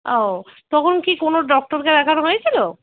ও তখন কি কোনো ডক্টরকে দেখানো হয়েছিল